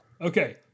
Okay